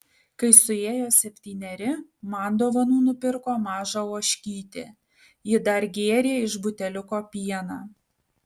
kai suėjo septyneri man dovanų nupirko mažą ožkytę ji dar gėrė iš buteliuko pieną